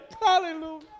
hallelujah